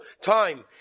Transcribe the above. time